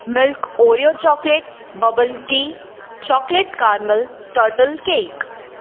milk Oreo chocolate bubble tea chocolate caramel turtle cake